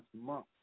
month